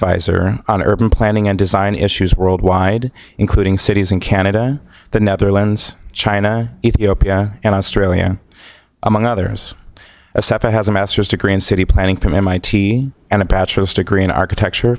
adviser on urban planning and design issues worldwide including cities in canada the netherlands china ethiopia and australia among others etc has a master's degree in city planning from mit and a bachelor's degree in architecture